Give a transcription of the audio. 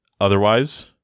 otherwise